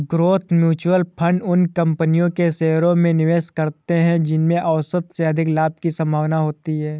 growth mutual fund उन कंपनियों के शेयरों में निवेश करते हैं जिनमें औसत से अधिक लाभ की संभावना होती है